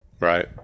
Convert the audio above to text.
Right